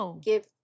give